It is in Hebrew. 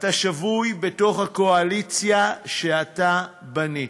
אתה שבוי בתוך הקואליציה שאתה בנית.